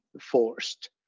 forced